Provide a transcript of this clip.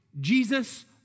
Jesus